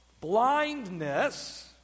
blindness